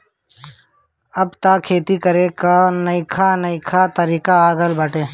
अब तअ खेती करे कअ नईका नईका तरीका आ गइल बाटे